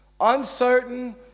uncertain